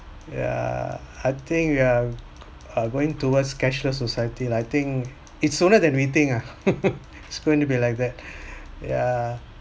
yeah I think we are uh going towards cashless society lah I think it's sooner than we think ah it's going to be like that yeah